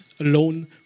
alone